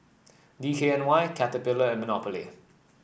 D K N Y Caterpillar and Monopoly